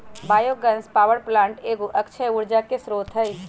bio gas power plant एगो अक्षय ऊर्जा के स्रोत हइ